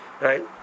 right